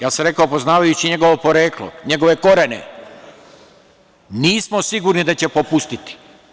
Ja sam rekao – poznavajući njegovo poreklo, njegove korene, nismo sigurni da će popustiti.